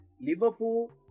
Liverpool